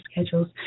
schedules